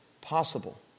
possible